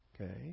Okay